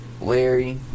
Larry